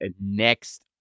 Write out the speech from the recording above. next